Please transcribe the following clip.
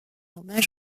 hommage